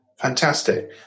Fantastic